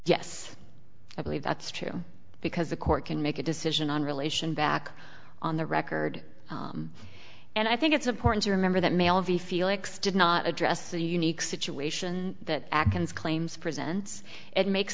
yes i believe that's true because the court can make a decision on relation back on the record and i think it's important to remember that male the felix did not address the unique situation that claims presents it makes